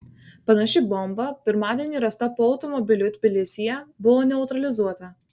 panaši bomba pirmadienį rasta po automobiliu tbilisyje buvo neutralizuota